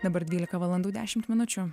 dabar dvylika valandų dešimt minučių